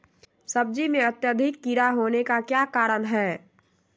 सब्जी में अत्यधिक कीड़ा होने का क्या कारण हैं?